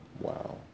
Wow